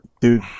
Dude